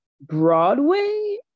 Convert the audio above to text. Broadway